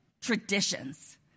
traditions